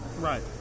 right